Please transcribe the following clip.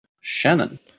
Shannon